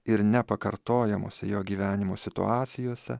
ir nepakartojamose jo gyvenimo situacijose